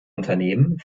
unternehmen